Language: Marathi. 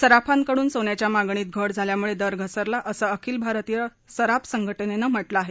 सराफांकडून सोन्याच्या मागणीत घट झाल्यामुळे दर घसरला असं अखिल भारतीय सराफ संघटनेनं म्हटलं आहे